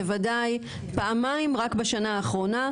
בוודאי פעמיים רק בשנה האחרונה,